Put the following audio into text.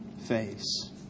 face